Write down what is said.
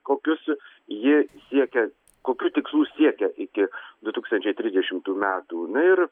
kokius ji siekia kokių tikslų siekia iki du tūkstančiai trisdešimtų metų nu ir